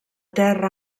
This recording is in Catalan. terra